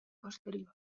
posterior